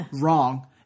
wrong